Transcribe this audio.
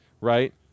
right